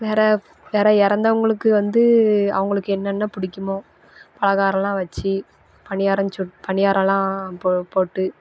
வேறே வேறே இறந்தவங்களுக்கு வந்து அவங்களுக்கு என்னென்ன பிடிக்குமோ பலகாரம்லாம் வச்சு பனியாரம் சுட் பனியாரம்லாம் போ போட்டு